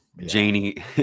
Janie